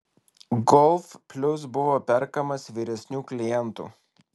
golf plius buvo perkamas vyresnių klientų